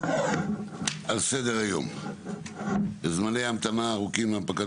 על סדר-היום זמני ההמתנה הארוכים להנפקת